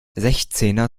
sechzehner